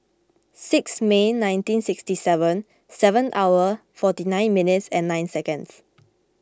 six May nineteen sixty seven seven hour forty nine minutes nine seconds